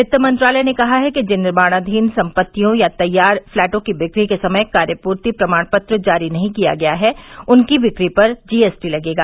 वित्त मंत्रालय ने कहा है कि जिन निर्माणाधीन सम्पत्तियों या तैयार प्लैटों की बिक्री के समय कार्य पूर्ति प्रमाण पत्र जारी नहीं किया गया है उन की बिक्री पर जीएसटी लगेगा